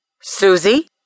Susie